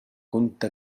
كنت